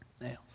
Nails